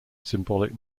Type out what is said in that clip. symbolic